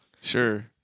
Sure